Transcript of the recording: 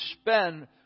spend